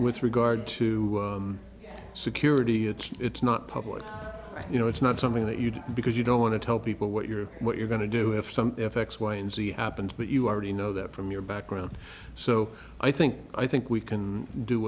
with regard to security it's not public you know it's not something that you do because you don't want to tell people what you're what you're going to do if something if x y and z happens but you are ready know that from your background so i think i think we can do